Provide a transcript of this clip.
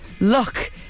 look